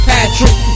Patrick